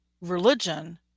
religion